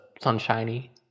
sunshiny